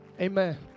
Amen